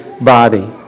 body